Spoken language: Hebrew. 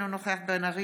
אינו נוכח מירב בן ארי,